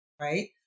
right